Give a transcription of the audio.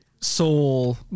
soul